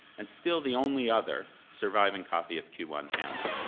and still the only other, surviving copy of q one hamlet.